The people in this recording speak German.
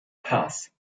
paz